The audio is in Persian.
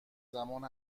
زمان